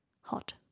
Hot